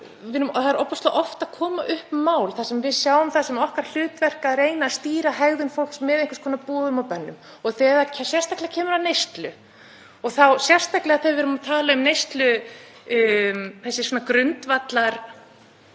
Það koma ofboðslega oft upp mál þar sem við sjáum það sem okkar hlutverk að reyna að stýra hegðun fólks með einhvers konar boðum og bönnum. Sérstaklega þegar kemur að neyslu og þá sérstaklega þegar við erum að tala um neyslu, þessa svona grundvallar